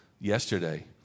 yesterday